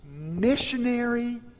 missionary